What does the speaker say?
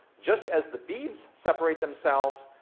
just as the beads separate themselves,